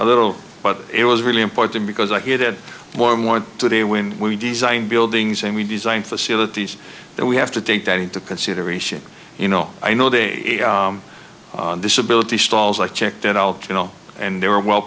a little but it was really important because i hear that one one today when we design buildings and we design facilities that we have to take that into consideration you know i know they disability stalls i checked it out you know and they were well